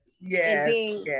yes